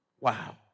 Wow